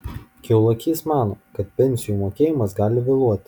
kiaulakys mano kad pensijų mokėjimas gali vėluoti